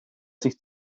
sich